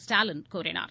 ஸ்டாலின் கூறினார்